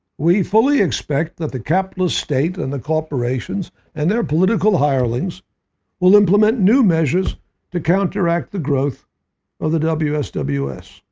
we fully expect that the capitalist state and the corporations and their political hirelings will implement new measures to counteract the growth of the wsws.